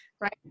right